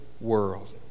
world